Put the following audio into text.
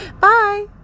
Bye